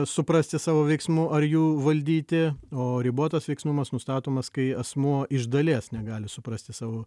suprasti savo veiksmų ar jų valdyti o ribotas veiksnumas nustatomas kai asmuo iš dalies negali suprasti savo